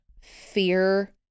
fear